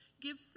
Give